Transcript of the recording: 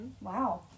Wow